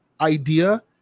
idea